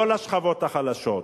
לא לשכבות החלשות,